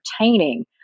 entertaining